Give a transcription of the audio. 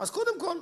קודם כול.